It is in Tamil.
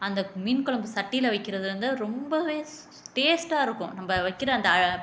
அந்த மீன் குழம்பு சட்டியில் வைக்கிறது வந்து ரொம்பவே டேஸ்ட்டாக இருக்கும் நம்ப வைக்கிற அந்த